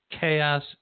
Chaos